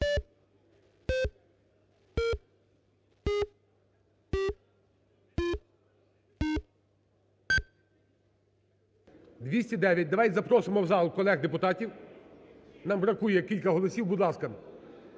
За-209 Давайте запросимо в зал колег-депутатів, нам бракує кілька голосів. Будь ласка,